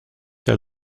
del